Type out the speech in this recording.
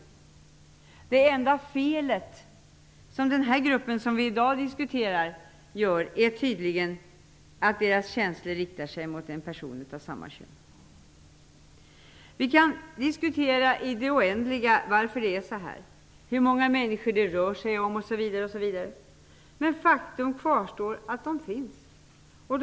Det enda ''felet'' är tydligen att känslorna hos den grupp som vi i dag diskuterar riktar sig mot en person av samma kön. Vi kan diskutera i det oändliga varför det är så här, hur många människor det rör sig om osv. Faktum kvarstår. Dessa människor finns.